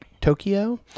Tokyo